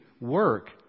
work